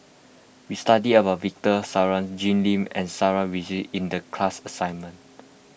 we studied about Victor Sassoon Jim Lim and Sarah Winstedt in the class assignment